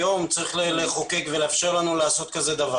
צריך לחוקק ולאפשר לנו לעשות דבר כזה.